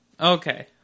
okay